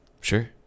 Sure